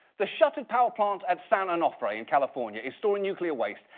the shutted power plant at san onofre, in california, is storing nuclear waste,